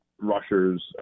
rushers